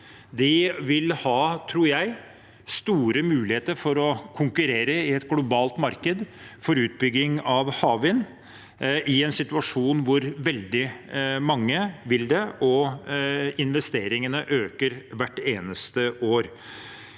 De vil ha, tror jeg, store muligheter for å konkurrere i et globalt marked for utbygging av havvind i en situasjon hvor veldig mange vil det, og hvor investeringene øker hvert eneste år.